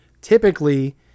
Typically